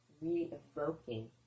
re-evoking